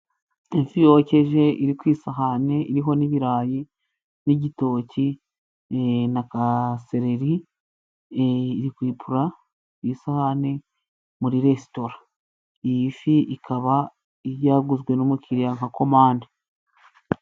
Ifi yokeje iri ku isahani iriho n'ibirayi n'igitoki na kaseleri iri kwipra ku isahani muri resitora, iyi fi ikaba yaguzwe n'umukiriya nka komande.